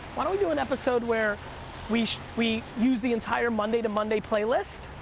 why don't we do an episode where we we use the entire monday to monday playlist.